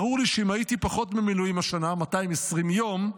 ברור לי שאם הייתי פחות במילואים השנה, 220 יום,